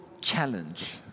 challenge